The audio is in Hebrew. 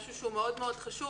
משהו שהוא מאוד מאוד חשוב,